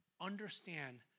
understand